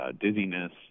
dizziness